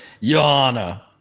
Yana